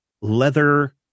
leather